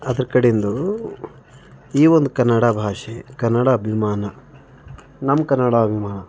ಅದ್ರ ಕಡಿಂದು ಈ ಒಂದು ಕನ್ನಡ ಭಾಷೆ ಕನ್ನಡ ಅಭಿಮಾನ ನಮ್ಮ ಕನ್ನಡ ಅಭಿಮಾನ